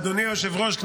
אדוני היושב-ראש,